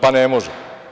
Pa, ne može.